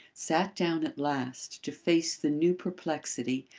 sat down at last to face the new perplexity,